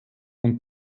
und